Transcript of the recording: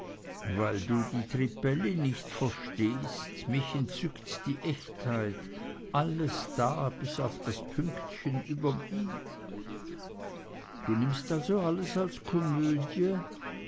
weil du die trippelli nicht verstehst mich entzückt die echtheit alles da bis auf das pünktchen überm i du nimmst also alles als eine komödie